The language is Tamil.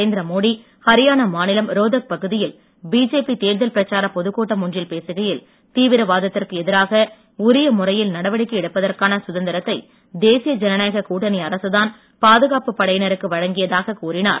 நரேந்திர மோடி ஹரியானா மாநிலம் ரோதக் பகுதியில் பிஜேபி தேர்தல் பிரச்சாரப் பொதுக்கூட்டம் ஒன்றில் பேசுகையில் தீவிரவாதத்திற்கு எதிராக உரிய முறையில் நடவடிக்கை எடுப்பதற்கான சுதந்திரத்தை தேசிய ஜனநாயகக் கூட்டணி அரசுதான் பாதுகாப்புப் படையினருக்கு வழங்கியதாகக் கூறினார்